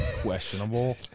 questionable